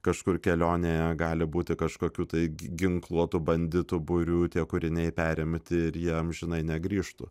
kažkur kelionėje gali būti kažkokių tai gin ginkluotų banditų būrių tie kūriniai perimti ir jie amžinai negrįžtų